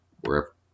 wherever